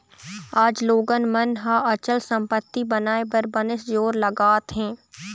आज लोगन मन ह अचल संपत्ति बनाए बर बनेच जोर लगात हें